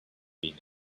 being